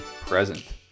present